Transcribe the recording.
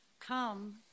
come